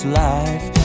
life